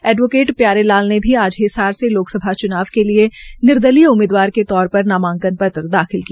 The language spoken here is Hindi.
एडवोकेट प्यारे लाल ने भी आज हिसार से लोकसभा च्नाव के लिये निर्दलीय उम्मीदवार के तौर पर नामांकन पत्र दाखिल किया